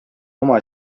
oma